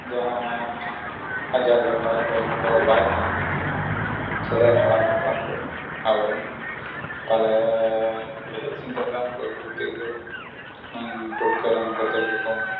ᱡᱟᱦᱟᱸ ᱟᱡᱟᱨ ᱵᱤᱢᱟᱨ ᱨᱳᱜᱽ ᱫᱚ ᱵᱟᱭ ᱛᱟᱦᱮᱸ ᱠᱟᱱ ᱛᱟᱦᱮᱸᱫ ᱥᱮᱫᱟᱭ ᱦᱟᱲᱟᱢ ᱦᱟᱯᱲᱟᱢ ᱠᱚᱫᱚ ᱟᱵᱚ ᱨᱮᱱ ᱛᱟᱞᱮ ᱨᱮᱦᱮᱫ ᱥᱮᱸᱫᱮᱛ ᱨᱟᱱ ᱠᱚᱜᱮ ᱛᱮᱠᱚ ᱢᱟᱱᱮ ᱯᱩᱴᱠᱟᱹ ᱨᱟᱱ ᱠᱚᱛᱮ ᱜᱮᱠᱚ